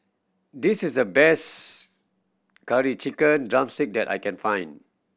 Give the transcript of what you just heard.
this is the best Curry Chicken drumstick that I can find